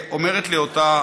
אומרת לי אותה